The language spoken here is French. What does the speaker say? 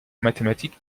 mathématiques